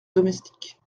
domestiques